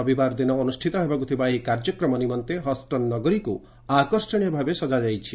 ରବିବାର ଦିନ ଅନୁଷ୍ଠିତ ହେବାକୁ ଥିବା ଏହି କାର୍ଯ୍ୟକ୍ରମ ନିମନ୍ତେ ହଷ୍ଟନ୍ ନଗରୀକୁ ଆକର୍ଷଣୀୟ ଭାବେ ସଜ୍ଞା ଯାଇଛି